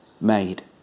made